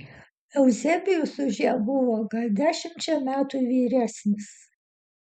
euzebijus už ją buvo gal dešimčia metų vyresnis